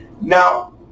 Now